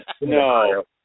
no